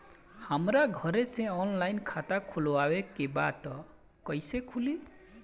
हमरा घरे से ऑनलाइन खाता खोलवावे के बा त कइसे खुली?